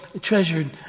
treasured